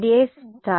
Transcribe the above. Za